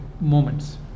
moments